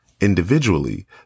Individually